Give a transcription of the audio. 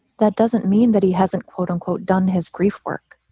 that doesn't mean that he hasn't, quote unquote, done his grief work.